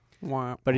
Wow